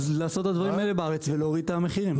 אז לעשות את הדברים האלה בארץ ולהוריד את המחירים.